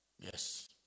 Yes